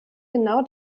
genau